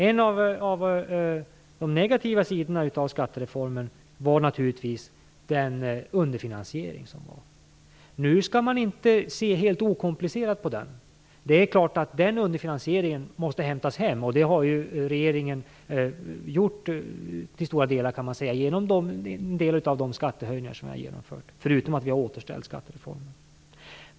En av de negativa sidorna av skattereformen var naturligtvis underfinansieringen. Nu skall man inte se helt okomplicerat på den. Det är klart att underfinansieringen måste rättas till, och det har ju regeringen gjort till stora delar genom en del av de skattehöjningar som vi har genomfört förutom att vi har återställt skattereformen.